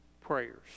prayers